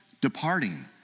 departing